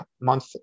month